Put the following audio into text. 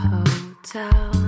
Hotel